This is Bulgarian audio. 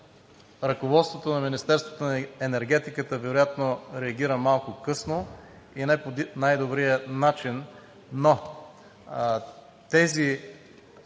ръководството на Министерството на енергетиката вероятно реагира малко късно, и не по най-добрия начин, но тези